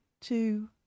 two